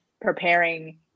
preparing